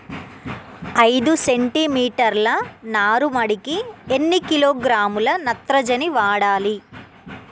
ఐదు సెంటిమీటర్ల నారుమడికి ఎన్ని కిలోగ్రాముల నత్రజని వాడాలి?